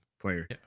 player